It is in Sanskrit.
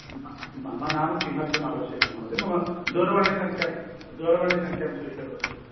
मम नाम किमर्थम् आवश्यकं महोदय मम दूरवाणीसंख्यां दूरवाणीसंख्यां स्वीकरोतु